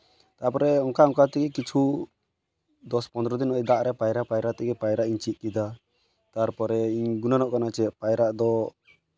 ᱛᱟᱨᱯᱚᱨᱮ ᱚᱱᱠᱟ ᱚᱱᱠᱟ ᱛᱮᱜᱮ ᱠᱤᱪᱷᱩ ᱫᱚᱥ ᱯᱚᱱᱨᱚ ᱫᱤᱱ ᱦᱟᱹᱵᱤᱡ ᱫᱟᱜ ᱨᱮ ᱯᱟᱭᱨᱟ ᱯᱟᱭᱨᱟ ᱛᱮᱜᱮ ᱯᱟᱭᱨᱟᱜ ᱤᱧ ᱪᱮᱫ ᱠᱮᱫᱟ ᱛᱟᱨᱯᱚᱨᱮ ᱤᱧ ᱜᱩᱱᱟᱹᱱᱚᱜ ᱠᱟᱱᱟ ᱡᱮ ᱯᱟᱭᱨᱟᱜ ᱫᱚ